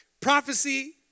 Prophecy